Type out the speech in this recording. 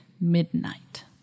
midnight